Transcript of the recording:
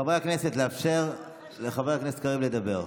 חברי הכנסת, לאפשר לחבר הכנסת קריב לדבר.